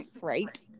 Right